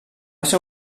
ser